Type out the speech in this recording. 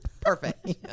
Perfect